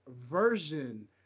version